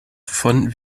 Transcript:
von